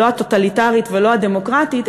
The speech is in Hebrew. לא הטוטלית ולא הדמוקרטית,